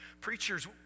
preachers